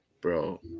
bro